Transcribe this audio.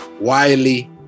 Wiley